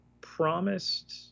promised